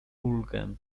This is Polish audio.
ulgę